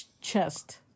chest